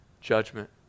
judgment